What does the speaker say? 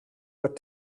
what